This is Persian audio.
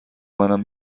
منم